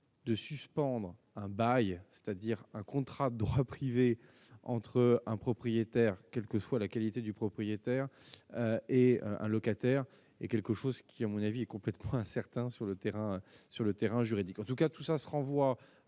de suspendre un bail, c'est-à-dire un contrat de droit privé, entre un propriétaire, quelle que soit la qualité du propriétaire et un locataire est quelque chose qui à mon avis et complète prince certains sur le terrain, sur le terrain juridique, en tout cas, tout ça se renvoie